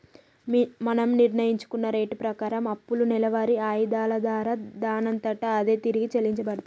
మనం నిర్ణయించుకున్న రేటు ప్రకారం అప్పులు నెలవారి ఆయిధాల దారా దానంతట అదే తిరిగి చెల్లించబడతాయి